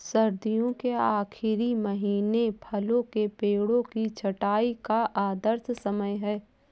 सर्दियों के आखिरी महीने फलों के पेड़ों की छंटाई का आदर्श समय है